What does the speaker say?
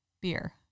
beer